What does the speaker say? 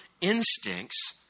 instincts